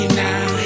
now